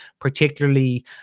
particularly